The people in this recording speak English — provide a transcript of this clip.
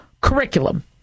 curriculum